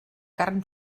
carn